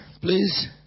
please